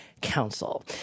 Council